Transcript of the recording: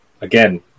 Again